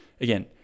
again